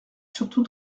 surtout